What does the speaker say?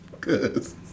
cause